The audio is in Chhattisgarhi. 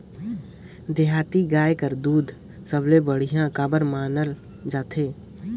देहाती गाय कर दूध सबले बढ़िया कौन बर मानल जाथे?